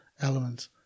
elements